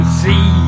see